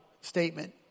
statement